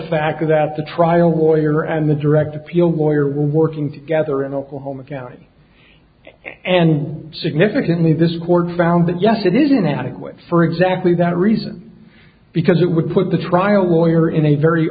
fact that the trial lawyer and the direct appeal boyer were working together in oklahoma county and significantly this court found that yes it is inadequate for exactly that reason because it would put the trial lawyer in a very